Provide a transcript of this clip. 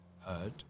heard